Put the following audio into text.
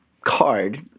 card